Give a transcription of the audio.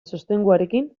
sostenguarekin